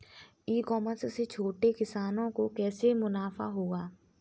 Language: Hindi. ई कॉमर्स से छोटे किसानों को कैसे मुनाफा होगा?